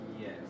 Yes